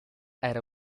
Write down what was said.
era